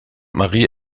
marie